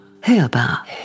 Hörbar